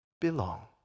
belong